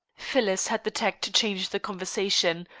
phyllis had the tact to change the conversation,